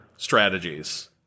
strategies